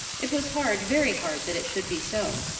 it was hard, very hard, that it should be so.